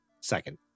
second